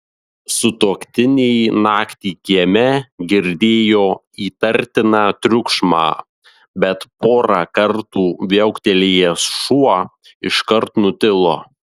sutuoktiniai naktį kieme girdėjo įtartiną triukšmą bet porą kartų viauktelėjęs šuo iškart nutilo